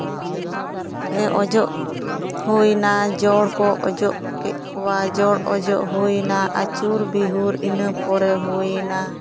ᱦᱮᱸ ᱚᱡᱚᱜ ᱦᱩᱭᱱᱟ ᱡᱚᱲ ᱠᱚ ᱚᱡᱚᱜ ᱠᱮᱫ ᱠᱚᱣᱟ ᱡᱚᱲ ᱚᱡᱚᱜ ᱦᱩᱭᱱᱟ ᱟᱪᱩᱨ ᱵᱤᱦᱩᱨ ᱤᱱᱟᱹ ᱯᱚᱨᱮ ᱦᱩᱭᱱᱟ